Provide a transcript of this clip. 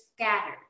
scattered